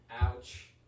Ouch